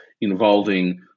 involving